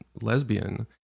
lesbian